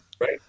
right